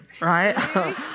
right